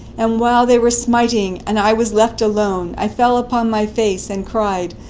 and while they were smiting, and i was left alone, i fell upon my face, and cried,